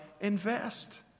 invest